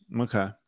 Okay